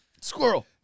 Squirrel